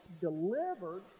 delivered